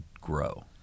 grow